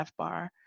FBAR